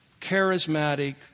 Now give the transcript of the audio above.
charismatic